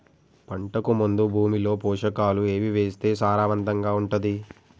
పంటకు ముందు భూమిలో పోషకాలు ఏవి వేస్తే సారవంతంగా ఉంటది?